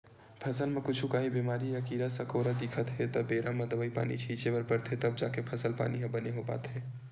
फसल म कुछु काही बेमारी या कीरा मकोरा दिखत हे त बेरा म दवई पानी छिते बर परथे तब जाके फसल पानी ह बने हो पाथे